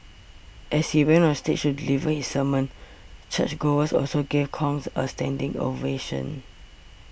as he went on stage to deliver his sermon churchgoers also gave Kong a standing ovation